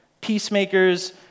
peacemakers